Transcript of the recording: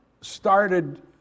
started